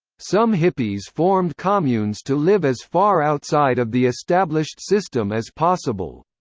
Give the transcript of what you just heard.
some hippies formed communes to live as far outside of the established system as possible.